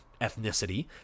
ethnicity